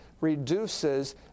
reduces